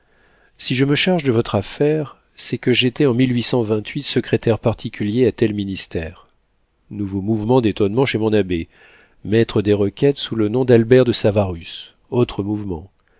si je me charge de votre affaire c'est que j'étais en secrétaire particulier à tel ministère nouveau mouvement d'étonnement chez mon abbé maître des requêtes sous le nom d'albert de savarus autre mouvement